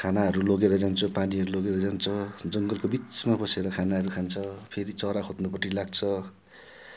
खानाहरू लगेर जान्छौँ पानीहरू लगेर जान्छ जङ्गलको बिचमा बसेर खानाहरू खान्छ फेरि चरा खोज्नुपट्टि लाग्छ